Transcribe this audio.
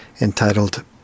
entitled